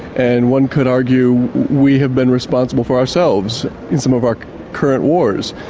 and one could argue we have been responsible for ourselves in some of our current wars.